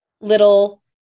little